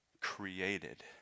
created